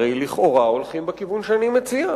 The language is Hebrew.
הרי לכאורה הולכים בכיוון שאני מציע.